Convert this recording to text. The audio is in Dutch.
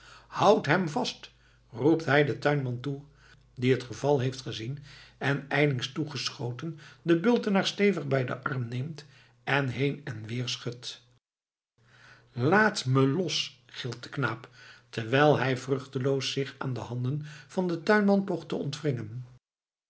houd hem vast roept hij den tuinman toe die het geval heeft gezien en ijlings toegeschoten den bultenaar stevig bij den arm neemt en heen en weer schudt laat me los gilt de knaap terwijl hij vruchteloos zich aan de handen van den tuinman poogt te ontwringen